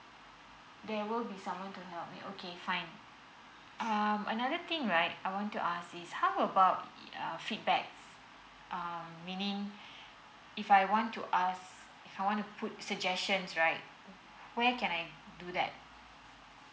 there will be someone to help me okay fine um another thing right I want to ask is how about uh feedbacks um meaning if I want to ask if I wanna put suggestions right where can I do that